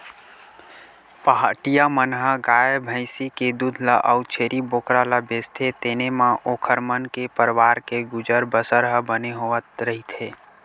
पहाटिया मन ह गाय भइसी के दूद ल अउ छेरी बोकरा ल बेचथे तेने म ओखर मन के परवार के गुजर बसर ह बने होवत रहिथे